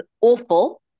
awful